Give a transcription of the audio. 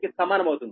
కి సమానం అవుతుంది